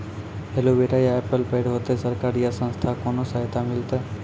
Aloe vera या apple बैर होते? सरकार या संस्था से कोनो सहायता मिलते?